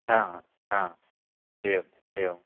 हाहा हा एव एवम्